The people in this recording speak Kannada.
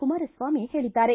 ಕುಮಾರಸ್ವಾಮಿ ಹೇಳಿದ್ದಾರೆ